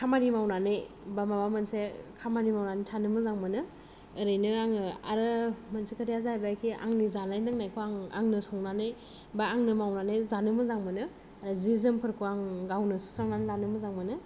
खामानि मावनानै बा माबा मोनसे खामानि मावनानै थानो मोजां मोनो ओरैनो आङो आरो मोनसे खोथाया जाहैबाय कि आंनि जानाय लोंनायखौ आं आंनो संनानै बा आंनो मावनानै जानो मोजां मोनो जि जोमफोरखौ आं गावनो सुस्रांनानै लानो मोजां मोनो